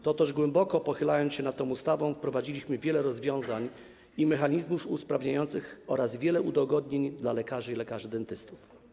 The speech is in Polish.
Toteż, głęboko pochylając się nad tą ustawą, wprowadziliśmy wiele rozwiązań i mechanizmów usprawniających oraz wiele udogodnień dla lekarzy i lekarzy dentystów.